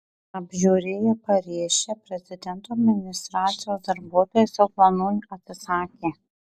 apžiūrėję pariečę prezidento administracijos darbuotojai savo planų atsisakė